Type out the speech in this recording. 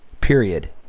period